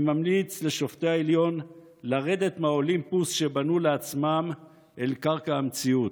אני ממליץ לשופטי העליון לרדת מהאולימפוס שבנו לעצמם אל קרקע המציאות.